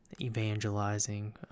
evangelizing